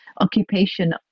occupation